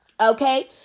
okay